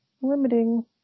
limiting